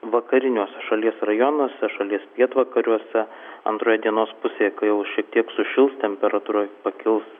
vakariniuose šalies rajonuose šalies pietvakariuose antroje dienos pusėje jau šiek tiek sušils temperatūra pakils